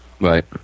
Right